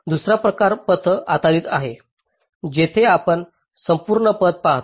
दुसरा प्रकार पथ आधारित आहे जिथे आपण संपूर्ण पथ पाहता